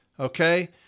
Okay